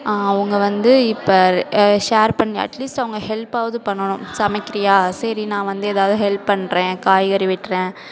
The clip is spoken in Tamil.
அவங்க வந்து இப்போ ஷேர் பண்ணி அட்லீஸ்ட் அவங்க ஹெல்ப்பாவது பண்ணணும் சமைக்கிறியா சரி நான் வந்து ஏதாவது ஹெல்ப் பண்ணுறேன் காய்கறி வெட்டுறேன்